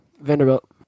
Vanderbilt